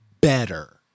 better